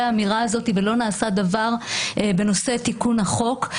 האמירה הזו ולא נעשה דבר בנושא תיקון החוק.